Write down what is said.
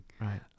right